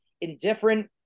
indifferent